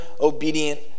obedient